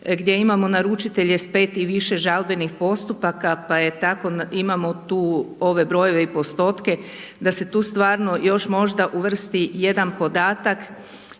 gdje imamo naručitelje s 5 i više žalbenih postupaka, pa je tako imamo tu ove brojeve i postotke da se tu stvarno još možda uvrsti jedan podatak,